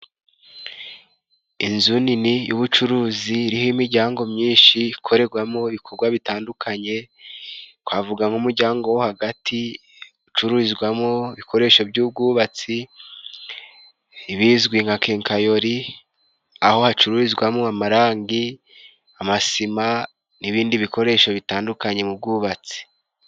Inzu nini y'ubucuruzi iriho imijyango myinshi, ikorerwamo ibikogwa bitandukanye. Twavuga nk' umujyango wo hagati ucururizwamo ibikoresho by'ubwubatsi, ibizwi nka kenkayori aho hacururizwamo amarangi, amasima n'ibindi bikoresho bitandukanye mu bwubatsi.